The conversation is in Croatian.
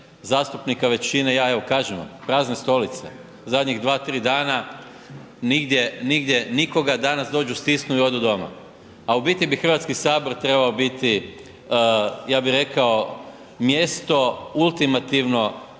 zastupnika većine. Ja evo kažem vam prazne stolice, zadnjih dva, tri dana nigdje nikoga, danas dođu stisnu i odu doma. A u biti bi Hrvatski sabor trebao biti ja bih rekao mjesto ultimativno